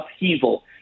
upheaval